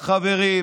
בחברים,